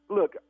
Look